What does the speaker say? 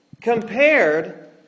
compared